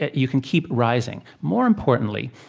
you can keep rising. more importantly,